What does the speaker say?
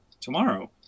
tomorrow